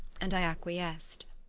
and i acquiesced.